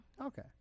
Okay